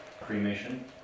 cremation